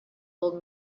old